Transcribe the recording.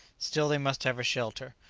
still they must have a shelter.